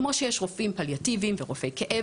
כמו שיש רופאים פליאטיבים ורופאי כאב,